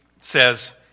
says